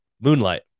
Moonlight